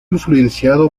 influenciado